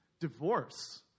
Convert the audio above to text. divorce